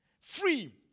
free